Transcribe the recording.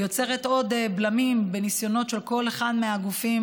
יוצרת עוד בלמים בניסיונות של כל אחד מהגופים